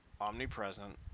omnipresent